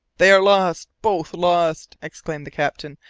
they are lost! both lost! exclaimed the captain.